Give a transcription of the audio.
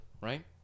right